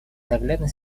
наглядно